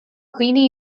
dhaoine